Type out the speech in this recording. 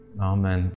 Amen